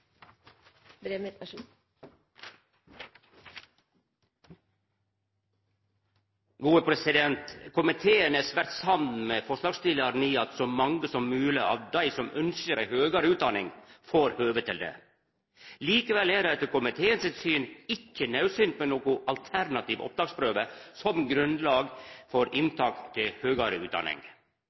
i at så mange som mogleg av dei som ynskjer ei høgare utdanning, får høve til det. Likevel er det etter komiteen sitt syn ikkje naudsynt med nokon alternativ opptaksprøve som grunnlag for inntak til høgare utdanning.